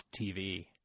TV